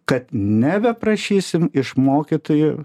kad nebeprašysim iš mokytojų